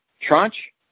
tranche